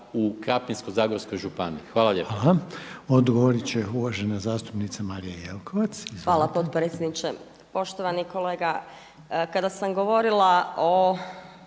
Hvala.